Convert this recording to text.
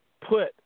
put